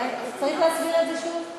צריך להסביר את זה שוב?